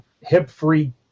hip-free